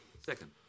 Second